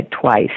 twice